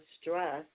stress